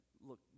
Look